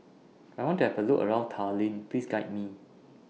I want to Have A Look around Tallinn Please Guide Me